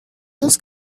dos